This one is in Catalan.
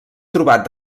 trobat